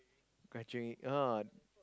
graduate oh